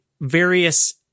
various